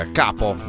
capo